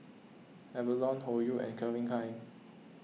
Avalon Hoyu and Calvin Klein